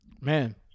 Man